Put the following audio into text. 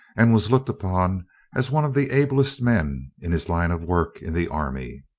and was looked upon as one of the ablest men in his line of work, in the army.